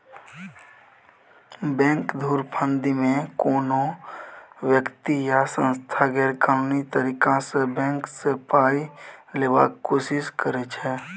bank धुरफंदीमे कोनो बेकती या सँस्था गैरकानूनी तरीकासँ बैंक सँ पाइ लेबाक कोशिश करै छै